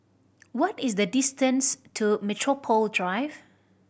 what is the distance to Metropole Drive